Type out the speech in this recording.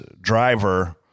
driver –